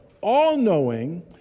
all-knowing